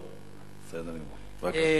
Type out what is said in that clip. בבקשה.